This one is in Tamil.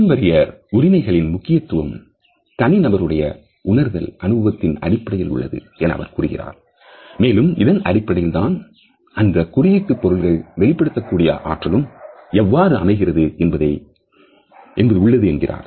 பாரம்பரிய உரிமைகளின் முக்கியத்துவம் தனி நபருடைய உணர்தல் அனுபவத்தின் அடிப்படையில் உள்ளது என அவர் கூறுகிறார் மேலும் இதன் அடிப்படையில் தான் அந்த குறியீட்டு பொருட்கள் வெளிப்படுத்தக்கூடிய ஆற்றலும் எவ்வாறு அமைகிறது என்பது உள்ளது என்கிறார்